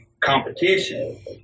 competition